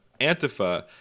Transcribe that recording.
Antifa